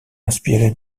inspiré